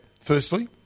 firstly